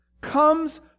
comes